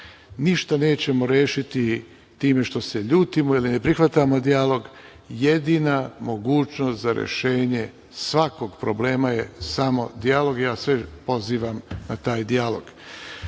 Ništa nećemo rešiti time što se ljutimo ili ne prihvatamo dijalog. Jedina mogućnost za rešenje svakog problema je samo dijalog i ja sve pozivam na taj